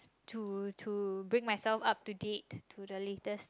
to to bring myself up to date to the latest